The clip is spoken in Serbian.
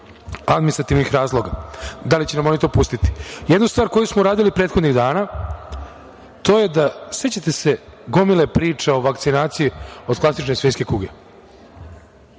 administrativnih razloga, da li će nam oni to pustiti. Jednu stvar koju smo uradili prethodnih dana to je da, sećate se gomile priča o vakcinaciji od klasične svinjske kuge.